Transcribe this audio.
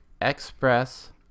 express